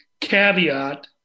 caveat